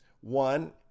One